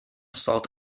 salt